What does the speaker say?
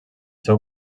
seu